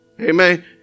Amen